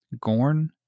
Gorn